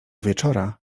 wieczora